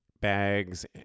bags